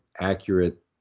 accurate